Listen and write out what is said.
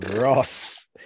Ross